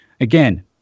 Again